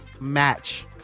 match